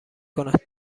کند